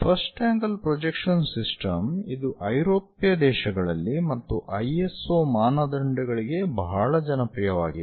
first angle projection system ಇದು ಐರೋಪ್ಯ ದೇಶಗಳಲ್ಲಿ ಮತ್ತು ಐಎಸ್ಒ ಮಾನದಂಡಗಳಿಗೆ ಬಹಳ ಜನಪ್ರಿಯವಾಗಿದೆ